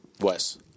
Wes